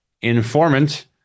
informant